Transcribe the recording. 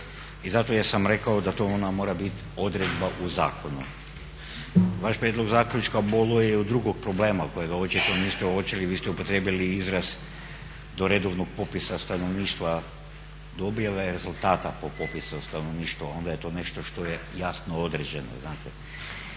i zato jesam rekao da to onda mora biti odredba u zakonu. Vaš prijedlog zaključka boluje od drugog problema, kojega očito niste uočili, vi ste upotrijebili izraz do redovnog popisa stanovništva, do objave rezultata popisa stanovništva onda je to nešto što je jasno određeno znate?